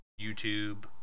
YouTube